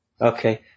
Okay